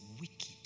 wicked